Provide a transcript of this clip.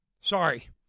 Sorry